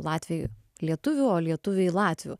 latvijoj lietuvių o lietuviai latvių